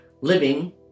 living